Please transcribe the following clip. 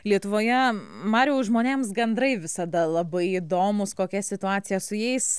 lietuvoje mariau žmonėms gandrai visada labai įdomūs kokia situacija su jais